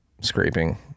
scraping